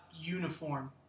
uniform